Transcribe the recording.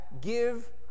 give